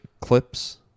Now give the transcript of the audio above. clips